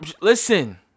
listen